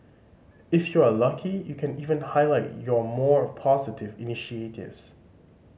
if you are lucky you can even highlight your more positive initiatives